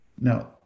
Now